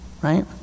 right